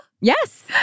Yes